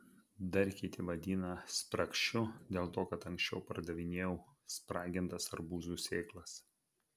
dar kiti vadina spragšiu dėl to kad anksčiau pardavinėjau spragintas arbūzų sėklas